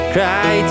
Cry